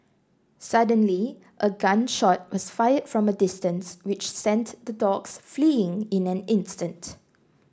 suddenly a gun shot was fired from a distance which sent the dogs fleeing in an instant